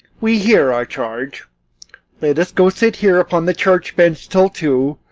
we hear our charge let us go sit here upon the church-bench till two,